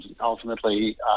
ultimately